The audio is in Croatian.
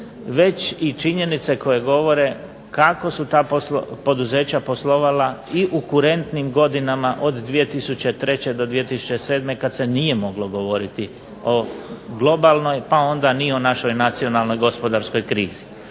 već i činjenice koje govore kako su ta poduzeća poslovala i u kurentnim godinama od 2003. do 2007. kada se nije moglo govoriti o globalnoj pa onda ni o našoj nacionalnoj gospodarskoj krizi.